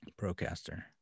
Procaster